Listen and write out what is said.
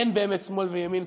אין באמת שמאל-ימין,